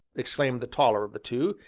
exclaimed the taller of the two,